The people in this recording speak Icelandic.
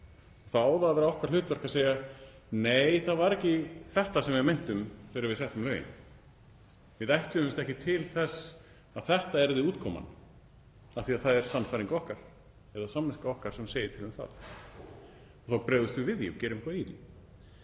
á það að vera okkar hlutverk að segja: Nei, það var ekki þetta sem við meintum þegar við settum lögin, við ætluðumst ekki til þess að þetta yrði útkoman og af því að það er sannfæring okkar eða samviska okkar sem segir til um það þá bregðumst við við því og gerum eitthvað í því.